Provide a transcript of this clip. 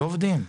לא עובדים.